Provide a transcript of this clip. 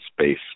space